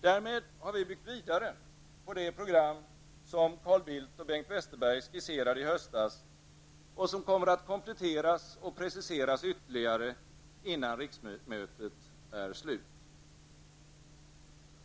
Därmed har vi byggt vidare på det program som Carl Bildt och Bengt Westerberg skisserade i höstas och som kommer att kompletteras och preciseras ytterligare innan riksmötet är slut.